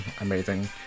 amazing